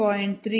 49 hours269